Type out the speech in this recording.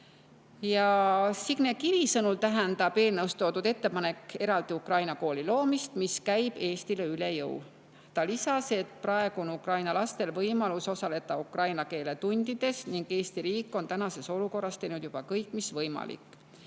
Signe Kivi sõnul tähendab eelnõus toodud ettepanek eraldi ukraina kooli loomist, mis käib Eestile üle jõu. Ta lisas, et praegu on Ukraina lastel võimalus osaleda ukraina keele tundides ning Eesti riik on praeguses olukorras teinud juba kõik mis võimalik.